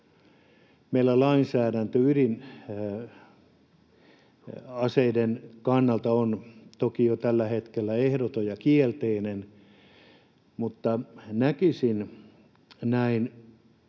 Meillä lainsäädäntö ydinaseiden kannalta on toki jo tällä hetkellä ehdoton ja kielteinen, mutta näkisin näin